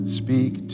speak